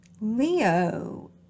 Leo